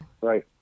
Right